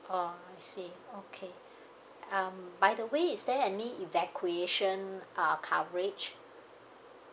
oh I see okay um by the way is there any evacuation uh coverage